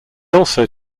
also